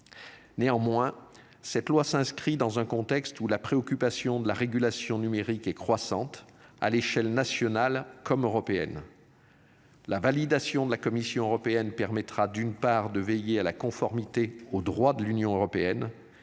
Néanmoins cette loi s'inscrit dans un contexte où la préoccupation de la régulation numérique et croissante à l'échelle nationale comme européenne. La validation de la Commission européenne permettra d'une part de veiller à la conformité au droit de l'Union européenne